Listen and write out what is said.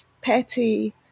petty